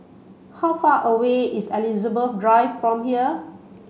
how far away is Elizabeth Drive from here